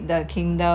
a princess